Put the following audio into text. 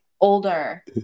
Older